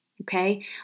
Okay